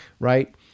right